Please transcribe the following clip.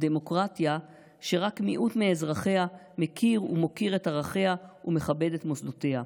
דמוקרטיה שרק מיעוט מאזרחיה מכיר ומוקיר את ערכיה ומכבד את מוסדותיה.